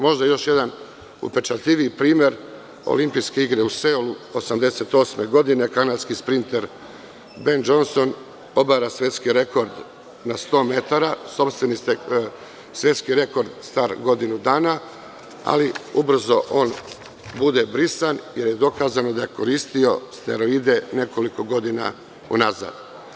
Možda još jedan upečatljiviji primer, Olimpijske igre u Seulu 1988. godine, kanadski sprinter, Ben Džonson, obara svetski rekord na 100 metara, sopstveni svetski rekord, star godinu dana, ali ubrzo on bude brisan, jer je dokazano da je koristio steroide nekoliko godina unazad.